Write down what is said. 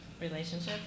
relationship